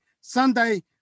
Sunday